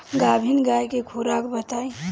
गाभिन गाय के खुराक बताई?